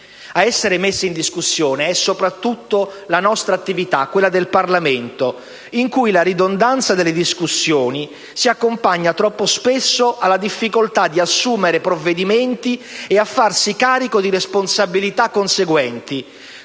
A essere messa in discussione è soprattutto la nostra attività, quella del Parlamento, in cui la ridondanza delle discussioni si accompagna troppo spesso alla difficoltà di assumere provvedimenti e di farsi carico di responsabilità conseguenti,